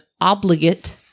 obligate